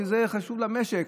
שזה חשוב למשק,